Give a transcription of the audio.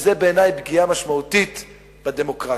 וזאת בעיני פגיעה משמעותית בדמוקרטיה.